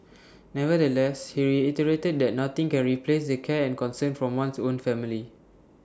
nevertheless he reiterated that nothing can replace the care and concern from one's own family